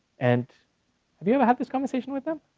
and have you ever had this conversation with them?